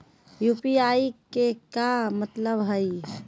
UPI के का मतलब हई?